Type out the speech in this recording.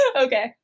okay